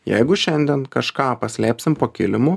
jeigu šiandien kažką paslėpsim po kilimu